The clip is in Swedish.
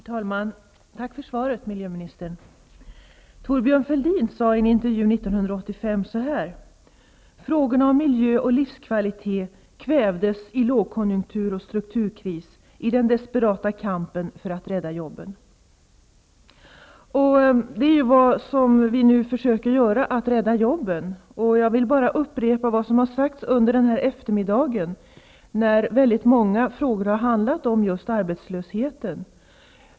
Herr talman! Tack för svaret, miljöministern. Thorbjörn Fälldin sade i en intervju 1985 att frågorna om miljö och livskvalitet kvävdes i lågkonjunktur och strukturkris i den desparata kampen för att rädda jobben. Vi försöker nu rädda jobben. Jag vill bara upprepa vad som har sagts under den här eftermiddagen, då väldigt många frågor har handlat om arbetslösheten.